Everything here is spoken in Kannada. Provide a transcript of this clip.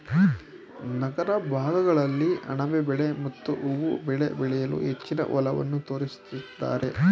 ನಗರ ಭಾಗಗಳಲ್ಲಿ ಅಣಬೆ ಬೆಳೆ ಮತ್ತು ಹೂವು ಬೆಳೆ ಬೆಳೆಯಲು ಹೆಚ್ಚಿನ ಒಲವನ್ನು ತೋರಿಸುತ್ತಿದ್ದಾರೆ